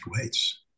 weights